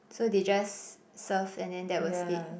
so they just serve and then that was it